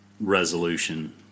resolution